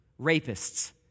rapists